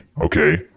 okay